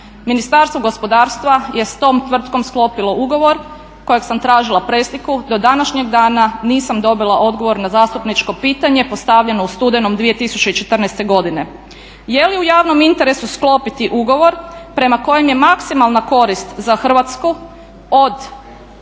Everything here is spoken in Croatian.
Ministarstvo gospodarstva je s tom tvrtkom sklopilo ugovor kojeg sam tražila presliku, do današnjeg dana nisam dobila odgovor na zastupničko pitanje postavljeno u studenom 2014.godine. Je li u javnom interesu sklopiti ugovor prema kojem je maksimalna korist za Hrvatsku od